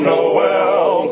Noel